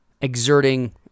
exerting